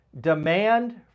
Demand